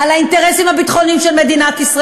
טעות גדולה לשחרר אסירים שרצחו ילדים ותינוקות ונשים.